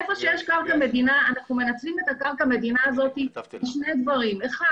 איפה שיש קרקע מדינה אנחנו מנצלים את קרקע המדינה הזאת לשני דברים: א',